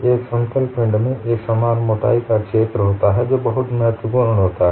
एक समतल पिंड में एकसमान मोटाई का एक क्षेत्र होता है जो बहुत महत्वपूर्ण होता है